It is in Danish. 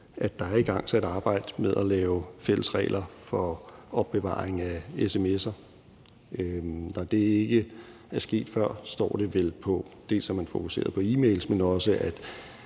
at der er igangsat et arbejde med at lave fælles regler for opbevaring af sms'er. Når det ikke er sket før, beror det vel på, dels at man fokuserer på e-mails, dels at